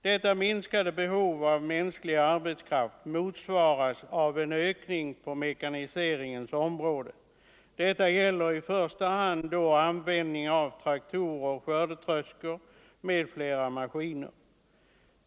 Detta minskade behov av mänsklig arbetskraft motsvaras av en ökning på mekaniseringens område. Det gäller i första hand användningen av traktorer, skördetröskor m.fl. maskiner.